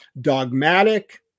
dogmatic